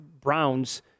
Browns